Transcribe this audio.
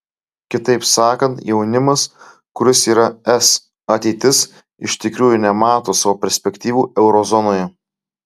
kitaip sakant jaunimas kuris yra es ateitis iš tikrųjų nemato savo perspektyvų euro zonoje